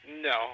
no